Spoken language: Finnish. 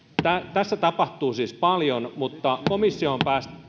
tässä tapahtuu siis paljon mutta komissio on